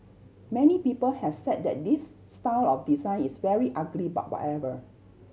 many people have said that this style of design is very ugly but whatever